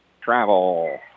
Travel